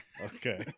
Okay